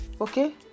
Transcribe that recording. Okay